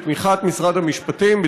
בתמיכת משרד המשפטים,